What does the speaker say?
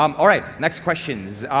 um alright, next question,